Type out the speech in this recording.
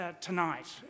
tonight